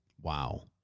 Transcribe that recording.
Wow